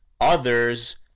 Others